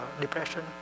depression